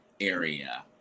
area